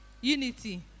Unity